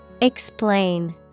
Explain